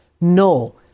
No